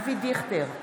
אבי דיכטר,